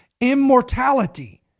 immortality